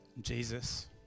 Jesus